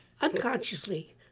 Unconsciously